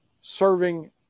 serving